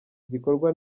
gikorwa